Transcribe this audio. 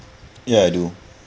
yeah I do